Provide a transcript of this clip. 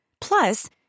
Plus